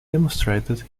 demonstrated